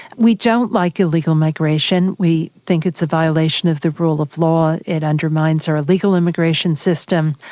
we don't like illegal migration, we think it's a violation of the rule of law, it undermines our legal immigration system.